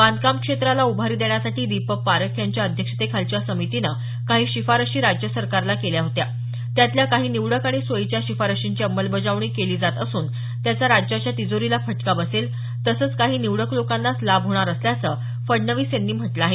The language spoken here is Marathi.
बांधकाम क्षेत्राला उभारी देण्यासाठी दीपक पारेख यांच्या अध्यक्षतेखालच्या समितीनं काही शिफारसी राज्य सरकारला केल्या होत्या त्यातल्या काही निवडक आणि सोयीच्या शिफारशींची अंमलबजावणी केली जात असून त्याचा राज्याच्या तिजोरीला फटका बसेल तसंच काही निवडक लोकांनाच लाभ होणार असल्याचं फडणवीस यांनी म्हटलं आहे